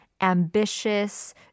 ambitious